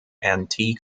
antique